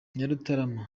nyarutarama